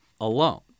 alone